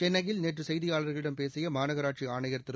சென்னையில் நேற்று செய்தியாளர்களிடம் பேசிய மாநகராட்சி ஆணையர் திரு